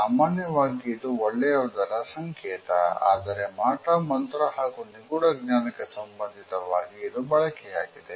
ಸಾಮಾನ್ಯವಾಗಿ ಇದು ಒಳ್ಳೆಯವರ ಸಂಕೇತ ಆದರೆ ಮಾಟ ಮಂತ್ರ ಹಾಗೂ ನಿಗೂಢ ಜ್ಞಾನಕ್ಕೆ ಸಂಬಂಧಿತವಾಗಿ ಇದು ಬಳಕೆಯಾಗಿದೆ